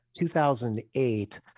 2008